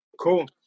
Cool